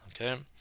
Okay